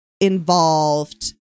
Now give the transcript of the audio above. involved